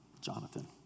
Jonathan